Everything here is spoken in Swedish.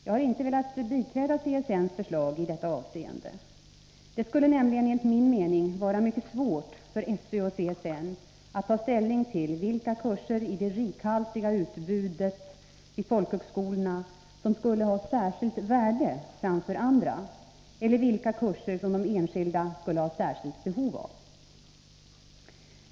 Jag har inte velat biträda CSN:s förslag i detta avseende. Det skulle nämligen enligt min mening vara mycket svårt för SÖ och CSN att ta ställning till vilka kurser i det rikhaltiga utbudet vid folkhögskolorna som skulle ha särskilt värde framför andra, eller vilka kurser som de enskilda skulle ha särskilt behov av.